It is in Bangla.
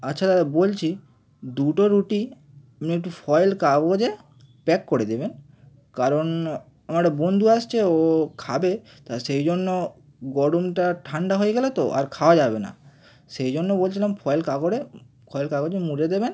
আচ্ছা দাদা বলছি দুটো রুটি আপনি একটু ফয়েল কাগজে প্যাক করে দেবেন কারণ আমার একটা বন্ধু আসছে ও খাবে তা সেই জন্য গরমটা ঠান্ডা হয়ে গেলে তো আর খাওয়া যাবে না সেই জন্য বলছিলাম ফয়েল কাপড়ে ফয়েল কাগজে মুড়ে দেবেন